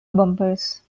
bombers